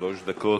שלוש דקות.